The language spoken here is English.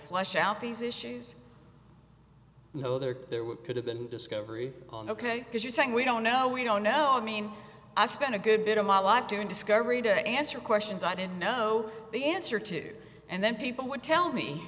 flesh out these issues though there there were could have been discovery on ok because you're saying we don't know we don't know i mean i spent a good bit of my life during discovery day answer questions i didn't know the answer to and then people would tell me